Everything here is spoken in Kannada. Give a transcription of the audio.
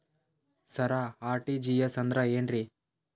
ಸರ ಆರ್.ಟಿ.ಜಿ.ಎಸ್ ಅಂದ್ರ ಏನ್ರೀ?